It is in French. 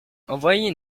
envoyer